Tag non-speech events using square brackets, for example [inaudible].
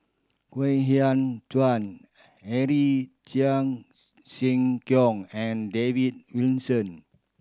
Kwek Hian Chuan Henry Cheong [unintelligible] Siew Kiong and David Wilson